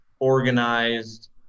organized